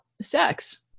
sex